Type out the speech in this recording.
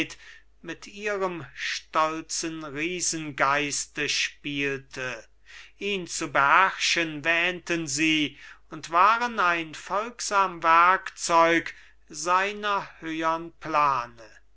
mit ihrem stolzen riesengeiste spielte ihn zu beherrschen wähnten sie und waren ein folgsam werkzeug seiner höhern plane